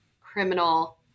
criminal